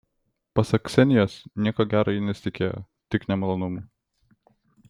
pasak ksenijos nieko gero ji nesitikėjo tik nemalonumų